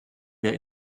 mehr